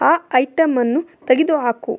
ಆ ಐಟಮ್ಮನ್ನು ತೆಗೆದು ಹಾಕು